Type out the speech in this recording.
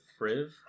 Friv